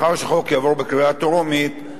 לאחר שהחוק יעבור בקריאה טרומית,